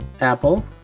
Apple